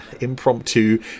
impromptu